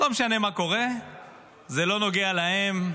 לא משנה מה קורה זה לא נוגע להם,